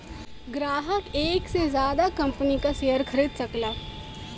ग्राहक एक से जादा कंपनी क शेयर खरीद सकला